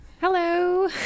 Hello